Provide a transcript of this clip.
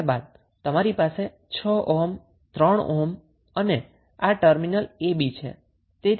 ત્યારબાદ તમારી પાસે 6 ઓહ્મ છે આ 3 ઓહ્મ છે અને આ ટર્મિનલ a અને b છે